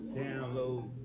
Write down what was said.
download